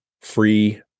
free